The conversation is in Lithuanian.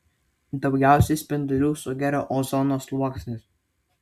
daugiausiai spindulių sugeria ozono sluoksnis